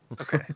Okay